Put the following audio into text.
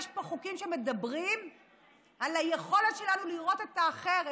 יש פה חוקים שמדברים על היכולת שלנו לראות את האחר,